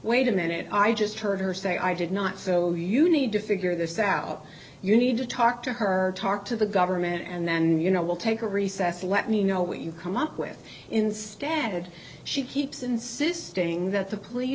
wait a minute i just heard her say i did not so you need to figure this out you need to talk to her or talk to the government and then you know will take a recess let me know what you come up with instead she keeps insisting that